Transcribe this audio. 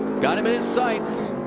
got him in sight.